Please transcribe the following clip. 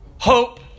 hope